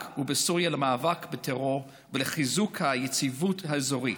ובסוריה למאבק בטרור ולחיזוק היציבות האזורית.